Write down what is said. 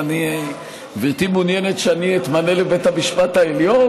גברתי מעוניינת שאני אתמנה לבית המשפט העליון,